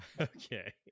Okay